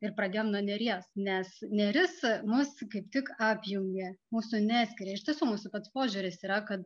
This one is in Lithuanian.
ir pradėjom nuo neries nes neris mus kaip tik apjungia mūsų neskiria iš tiesų mūsų pats požiūris yra kad